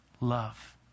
love